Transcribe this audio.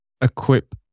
equip